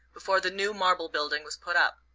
before the new marble building was put up.